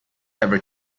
ever